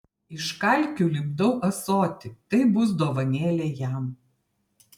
iš kalkių lipdau ąsotį tai bus dovanėlė jam